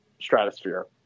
stratosphere